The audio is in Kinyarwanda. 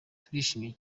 turishimye